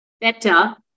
better